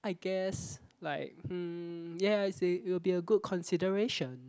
I guess like hmm yeah I said it will be a good consideration